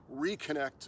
reconnect